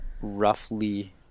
roughly